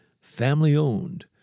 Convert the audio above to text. family-owned